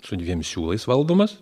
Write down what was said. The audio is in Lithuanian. su dviem siūlais valdomas